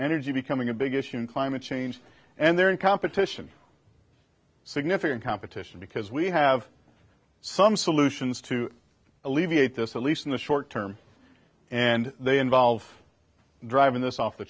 energy becoming a big issue in climate change and they're in competition significant competition because we have some solutions to alleviate this at least in the short term and they involve driving this off the